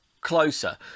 closer